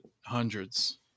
hundreds